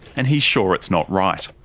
and he's sure it's not right.